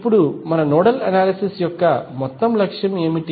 ఇప్పుడు మన nodal analysis యొక్క మొత్తం లక్ష్యం ఏమిటి